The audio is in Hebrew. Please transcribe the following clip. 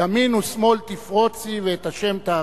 "ימין ושמאל תפרֹצי ואת ה' תעריצי".